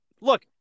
look